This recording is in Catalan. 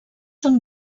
són